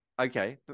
Okay